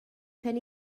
pen